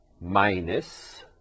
minus